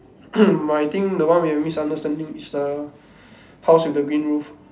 my thing the one we have misunderstanding is the house with the green roof